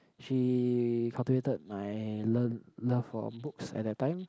she cultivated my learn love for books at that time